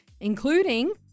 including